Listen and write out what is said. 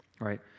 right